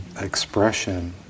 expression